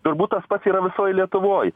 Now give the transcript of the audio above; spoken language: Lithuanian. turbūt tas pats yra visoj lietuvoj